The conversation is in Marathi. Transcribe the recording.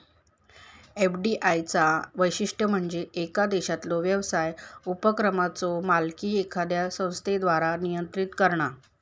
एफ.डी.आय चा वैशिष्ट्य म्हणजे येका देशातलो व्यवसाय उपक्रमाचो मालकी एखाद्या संस्थेद्वारा नियंत्रित करणा